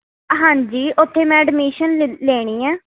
ਹਾਂਜੀ ਉੱਥੇ ਮੈਂ ਅਡਮਿਸ਼ਨ ਲਿ ਲੈਣੀ ਹੈ